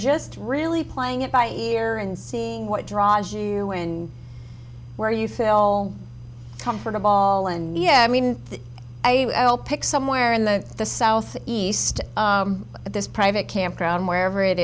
just really playing it by ear and seeing what draws you in where you feel comfortable all and yeah i mean i pick somewhere in the southeast at this private campground wherever it